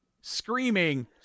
screaming